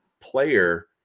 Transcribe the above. player